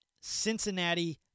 Cincinnati